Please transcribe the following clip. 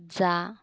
जा